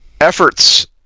efforts